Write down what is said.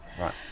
Right